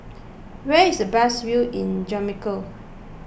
where is the best view in Jamaica